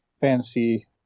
fantasy